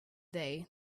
day